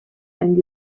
and